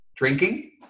Drinking